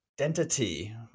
identity